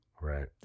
Right